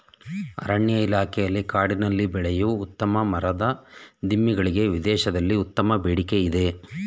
ಅರಣ್ಯ ಇಲಾಖೆಯಲ್ಲಿ ಕಾಡಿನಲ್ಲಿ ಬೆಳೆಯೂ ಉತ್ತಮ ಮರದ ದಿಮ್ಮಿ ಗಳಿಗೆ ವಿದೇಶಗಳಲ್ಲಿ ಉತ್ತಮ ಬೇಡಿಕೆ ಇದೆ